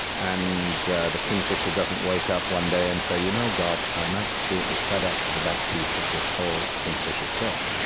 and the the kingfisher doesn't wake up one day and say, you know, god, i'm absolutely fed up to the back teeth of this whole kingfisher trip.